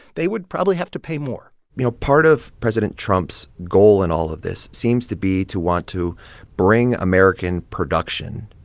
they would probably have to pay more you know, part of president trump's goal in all of this seems to be to want to bring american production,